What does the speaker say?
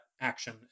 action